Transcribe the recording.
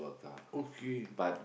okay